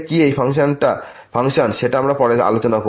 এই ফাংশন এর অর্থ কি সেটা পরে আলোচনা করা হবে